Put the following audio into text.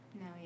no